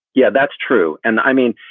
yeah that's true and i mean,